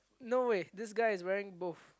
no way this guy is wearing both